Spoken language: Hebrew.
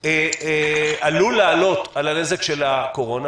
עלול לעלות על הנזק של הקורונה.